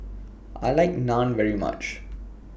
I like Naan very much